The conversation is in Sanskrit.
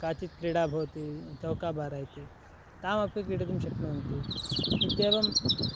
काचित् क्रीडा भवति चौकाबारा इति तामपि क्रीडितुं शक्नुवन्ति इत्येवं